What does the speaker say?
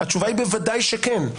בוודאי שכן,